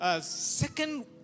second